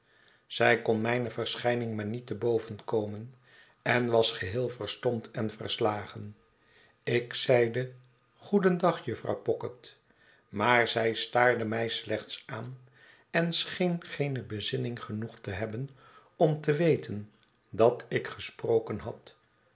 zij kon mijne verschijning maar niet te boven komen en was geheel verstomd en verslagen ik zeide goedendag jufvrouw pocket maar zij staarde mij slechts aan en scheen geene bezinning genoeg te hebben om te weten dat ik gesproken had